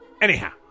Anyhow